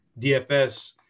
DFS –